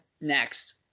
next